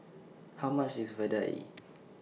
How much IS Vadai